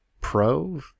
pro